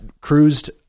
cruised